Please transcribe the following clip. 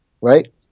right